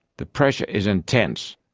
the pressure is intense,